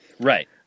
Right